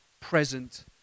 present